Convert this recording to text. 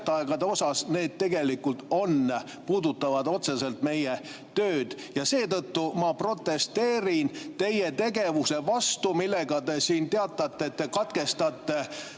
kohta, tegelikult puudutavad otseselt meie tööd. Ja seetõttu ma protesteerin teie tegevuse vastu, millega te teatate, et te katkestate